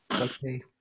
Okay